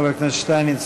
חבר הכנסת שטייניץ,